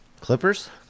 Clippers